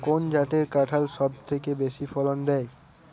কোন জাতের কাঁঠাল সবচেয়ে বেশি ফলন দেয়?